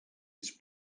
its